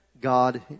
God